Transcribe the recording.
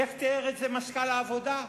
איך תיאר את זה מזכ"ל העבודה?